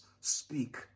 speak